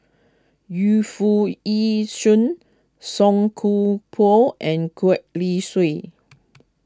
Yu Foo Yee Shoon Song Koon Poh and Gwee Li Sui